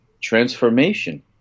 transformation